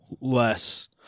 less